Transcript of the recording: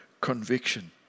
conviction